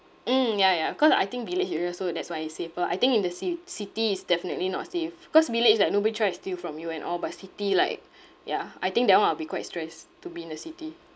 mm ya ya cause I think village area so that's why it's safer I think in the cit~ city is definitely not safe cause village like nobody try to steal from you and all but city like ya I think that [one] I'll be quite stressed to be in the city